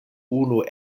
unu